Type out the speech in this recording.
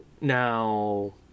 Now